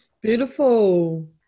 Beautiful